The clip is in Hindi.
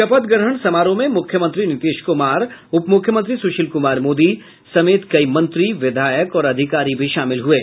शपथ ग्रहण समारोह में मुख्यमंत्री नीतीश कुमार उपमुख्यमंत्री सूशील कुमार मोदी समेत कई मंत्री विधायक और अधिकारी भी शामिल हये